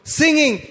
singing